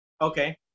Okay